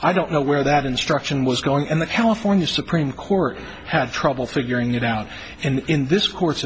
i don't know where that instruction was going and the california supreme court had trouble figuring it out and in this cour